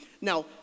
Now